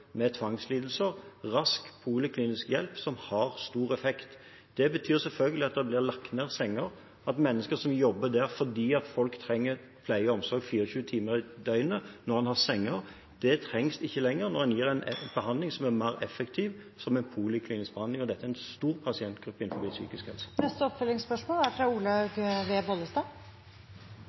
med tvangslidelser rask poliklinisk hjelp som har stor effekt. Det betyr selvfølgelig at det blir lagt ned senger, at mennesker som jobber der fordi folk trenger pleie og omsorg 24 timer i døgnet når en har senger, ikke trengs lenger når en gir en behandling som er mer effektiv, som en poliklinisk behandling. Dette er en stor pasientgruppe innen psykisk helse. Olaug V. Bollestad – til oppfølgingsspørsmål.